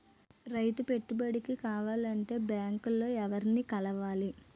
రైతు పెట్టుబడికి కావాలంటే బ్యాంక్ లో ఎవరిని కలవాలి?